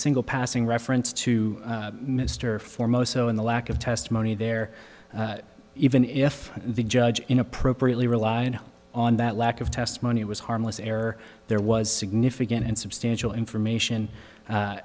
single passing reference to mr foremost so in the lack of testimony there even if the judge in appropriately relied on that lack of testimony it was harmless error there was significant and substantial information